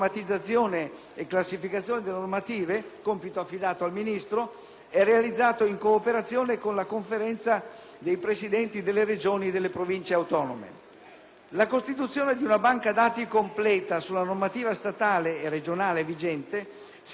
è realizzato in cooperazione con la Conferenza dei Presidenti delle Regioni e delle Province autonome. La costituzione di una banca dati completa sulla normativa statale e regionale vigente si è dimostrata negli anni un obiettivo molto più complesso di quanto inizialmente previsto.